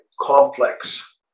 complex